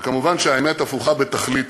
וכמובן, האמת הפוכה בתכלית.